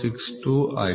062 ಆಗಿದೆ